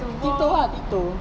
tiptoe ah tiptoe